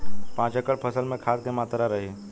पाँच एकड़ फसल में खाद के मात्रा का रही?